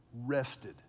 rested